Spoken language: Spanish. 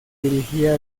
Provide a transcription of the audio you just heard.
dirigía